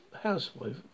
housewife